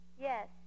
Yes